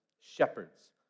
shepherds